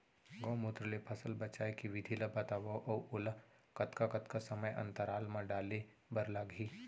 गौमूत्र ले फसल बचाए के विधि ला बतावव अऊ ओला कतका कतका समय अंतराल मा डाले बर लागही?